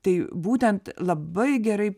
tai būtent labai gerai